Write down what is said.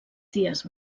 ties